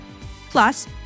Plus